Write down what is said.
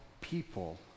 people